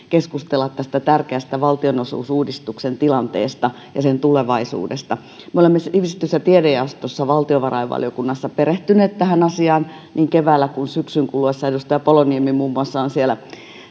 keskustella tästä tärkeästä valtionosuusuudistuksen tilanteesta ja sen tulevaisuudesta me olemme sivistys ja tiedejaostossa valtiovarainvaliokunnassa perehtyneet tähän asiaan niin keväällä kuin syksyn kuluessa edustaja paloniemi muun muassa on siellä